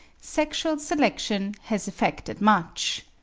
sexual selection has effected much.